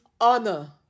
honor